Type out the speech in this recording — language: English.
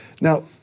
Now